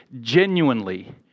genuinely